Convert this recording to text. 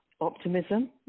optimism